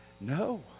No